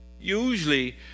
Usually